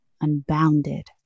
unbounded